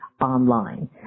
online